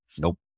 Nope